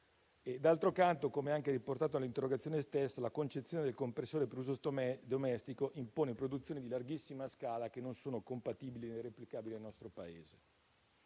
D'altro canto, come anche riportato nell'interrogazione stessa, la concezione del compressore per uso domestico impone produzioni in larghissima scala che non sono compatibili né replicabili nel nostro Paese.